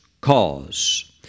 cause